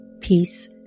peace